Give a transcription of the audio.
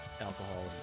alcohol